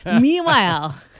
Meanwhile